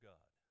God